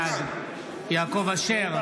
בעד יעקב אשר,